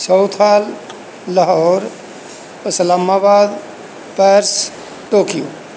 south hall Lahore Islamabad Paris Tokyo